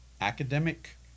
academic